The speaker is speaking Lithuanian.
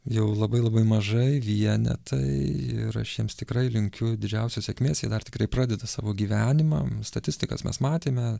jau labai labai mažai vienetai ir aš jiems tikrai linkiu didžiausios sėkmės jie dar tikrai pradeda savo gyvenimą statistikas mes matėme